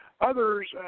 Others